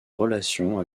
relations